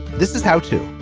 this is how to.